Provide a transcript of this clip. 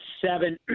seven